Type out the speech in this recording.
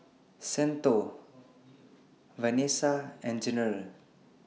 Santo Venessa and General